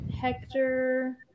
Hector